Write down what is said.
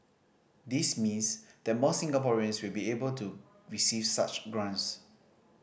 this means that more Singaporeans will be able to receive such grants